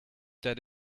that